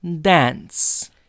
dance